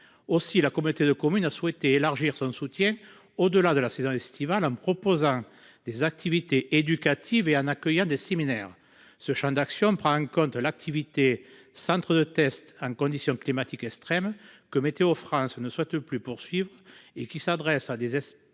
Aussi, la communauté de communes a souhaité élargir son soutien au delà de la saison estivale en proposant des activités éducatives et en accueillant des séminaires ce Champ d'action prend en compte l'activité Centre de tests en conditions climatiques extrêmes que météo France ne souhaite plus poursuivre et qui s'adresse à des essais.